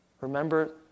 remember